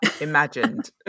imagined